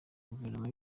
guverinoma